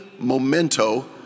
memento